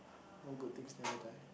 all good things never die